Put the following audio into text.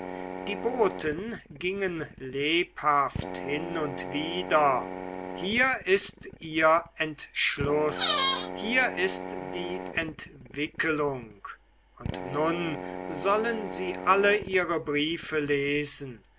die boten gingen lebhaft hin und wider hier ist ihr entschluß hier ist die entwicklung und nun sollen sie alle ihre briefe lesen